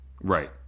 Right